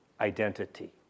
identity